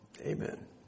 Amen